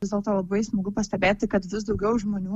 vis dėlto labai smagu pastebėti kad vis daugiau žmonių